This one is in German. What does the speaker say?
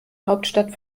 hauptstadt